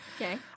Okay